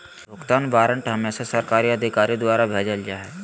भुगतान वारन्ट हमेसा सरकारी अधिकारी द्वारा भेजल जा हय